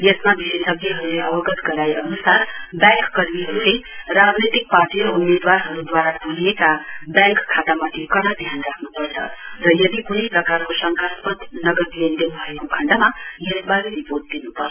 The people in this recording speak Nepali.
यसमा विशेषज्ञहरूले अवगत गराए अनुसार व्याङक कर्मीहरूले राजनैतिक पार्टी र उम्मेदवारद्वारा खोलिएका व्याङक खातामाथि कड़ा ध्यान राख्नपर्छ र यदि कुनै प्रकारको शङकास्पद नगद लेनदेन भएको खण्डमा यसबारे रिपोर्ट दिनुपर्छ